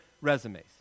resumes